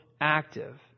active